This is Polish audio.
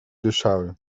dyszały